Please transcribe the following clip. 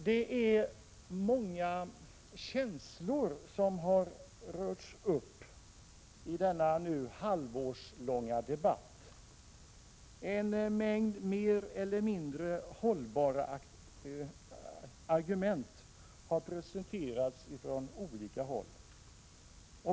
Det är många känslor som har rörts upp i denna nu halvårslånga debatt. En mängd mer eller mindre hållbara argument har presenterats från olika håll.